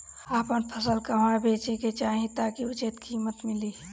आपन फसल कहवा बेंचे के चाहीं ताकि उचित कीमत मिली?